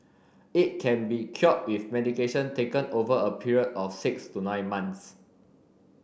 it can be cured with medication taken over a period of six to nine months